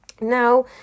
now